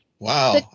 Wow